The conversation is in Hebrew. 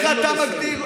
איך אתה מגדיר אותי,